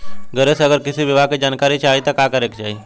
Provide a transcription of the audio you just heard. घरे से अगर कृषि विभाग के जानकारी चाहीत का करे के चाही?